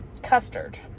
Custard